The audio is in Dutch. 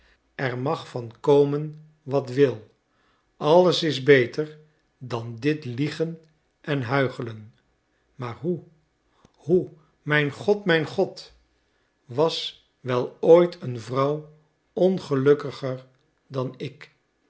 er mag van komen wat wil alles is beter dan dit liegen en huichelen maar hoe hoe mijn god mijn god was wel ooit een vrouw ongelukkiger dan ik